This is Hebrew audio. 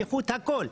לכול.